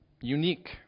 unique